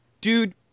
dude